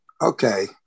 okay